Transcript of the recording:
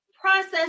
process